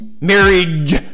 Marriage